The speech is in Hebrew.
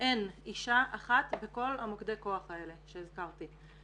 אין אישה אחת בכל מוקדי הכוח האלה שהזכרת.